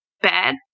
bad